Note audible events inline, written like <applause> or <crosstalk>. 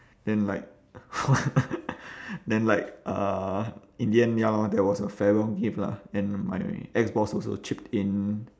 then like <laughs> then like uh in the end ya lor there was a farewell gift lah and my ex boss also chipped in